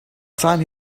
time